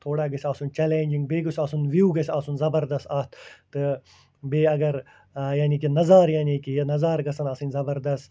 تھوڑا گژھِ آسُن چَلینجِنٛگ بیٚیہِ گژھِ آسُن وِو گژھِ آسُن زبردَس اَتھ تہٕ بیٚیہِ اَگر یعنی کہ نظارٕ یعنی کہ یہِ نظارٕ گژھن آسٕنۍ زبردَس